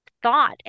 thought